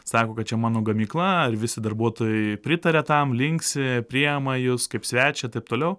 sako kad čia mano gamykla ir visi darbuotojai pritaria tam linksi priima jus kaip svečią taip toliau